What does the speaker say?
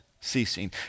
ceasing